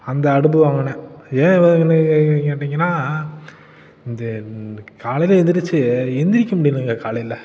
அந்த அடுப்பு வாங்கினேன் ஏன் வாங்கினேன் இதுன்னு கேட்டிங்கன்னால் இந்த இந்த காலையில் எழுந்திரிச்சி எழுந்திரிக்க முடியலைங்க காலையில்